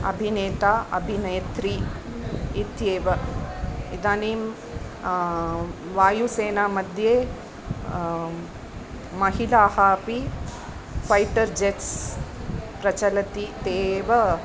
अभिनेता अभिनेत्री इत्येव इदानीं वायुसेनामध्ये महिलाः अपि फ़ैटर् जेट्स् प्रचलन्ति ते एव